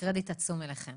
וקרדיט עצום אליכם.